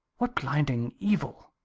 what blinding evil!